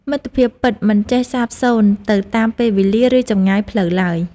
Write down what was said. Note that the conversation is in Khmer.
មិត្តភាពពិតមិនចេះសាបសូន្យទៅតាមពេលវេលា ឬចម្ងាយផ្លូវឡើយ។